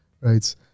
right